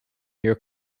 near